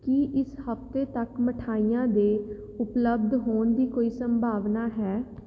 ਕੀ ਇਸ ਹਫ਼ਤੇ ਤੱਕ ਮਿਠਾਈਆਂ ਦੇ ਉਪਲਬਧ ਹੋਣ ਦੀ ਕੋਈ ਸੰਭਾਵਨਾ ਹੈ